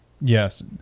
Yes